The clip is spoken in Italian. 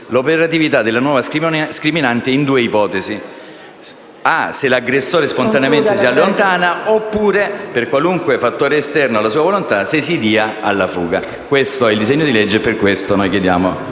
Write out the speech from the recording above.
l'operatività della nuova scriminante in due casi: se l'aggressore spontaneamente si allontana oppure, per qualunque fattore esterno alla sua volontà, se si dà alla fuga. Signora Presidente, questo è il disegno di legge per il quale chiediamo